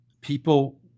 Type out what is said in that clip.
people